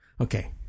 Okay